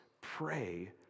Pray